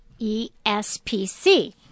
ESPC